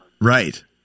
Right